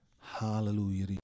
Hallelujah